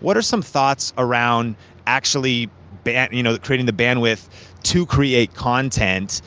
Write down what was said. what are some thoughts around actually you know creating the bandwidth to create content